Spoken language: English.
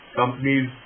companies